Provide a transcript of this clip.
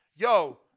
Yo